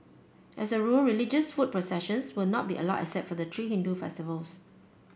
as a rule religious foot processions will not be allowed except for the three Hindu festivals